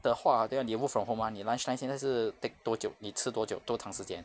的话对 mah 你 work from home mah 你 lunchtime 现在是 take 多久你吃多久多长时间